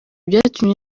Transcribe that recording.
byatumye